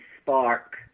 spark